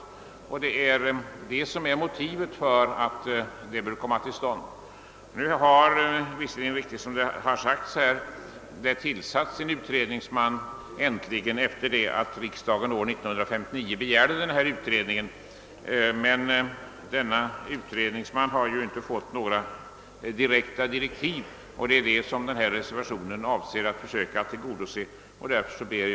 Detta är motivet bakom motionen. Som mycket riktigt framhållits här i kammaren har det äntligen tillsatts en utredningsman. Riksdagen begärde emellertid en utredning redan år 1959. Men denne utredningsman har ju inte fått några direkta direktiv och det är just detta reservationen önskar att den sakkunnige skall erhålla. Herr talman!